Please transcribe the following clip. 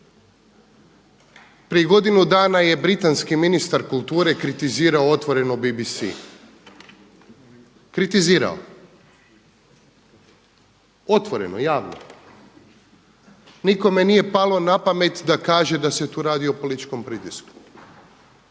Prije godinu dana je britanski ministar kulture kritizirao otvoreno BBC, kritizirao, otvoreno javno, nikome nije palo na pamet da kaže da se tu radi o političkom pritisku